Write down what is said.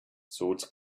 swords